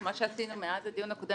מה שעשינו מאז הדיון הקודם,